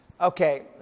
Okay